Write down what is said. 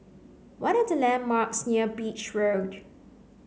what are the landmarks near Beach Road